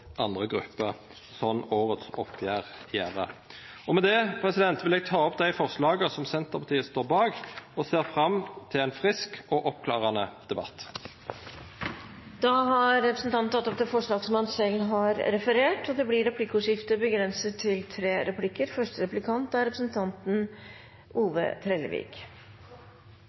andre grupper, som årets oppgjer gjer. Med det vil eg ta opp dei forslaga som Senterpartiet står bak, og ser fram til ein frisk og klårgjerande debatt. Representanten Geir Pollestad har tatt opp de forslagene som han refererte til. Aldri før har det vore så stor optimisme i landbruket som det me ser no. Investeringslysta er stor blant bøndene, talet på søkjarar til